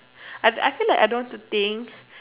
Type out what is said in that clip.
I feel like I don't want to think